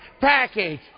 package